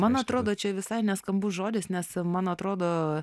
man atrodo čia visai neskambus žodis nes man atrodo